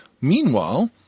Meanwhile